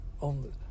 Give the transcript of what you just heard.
on